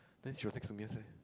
then she got fix her nails eh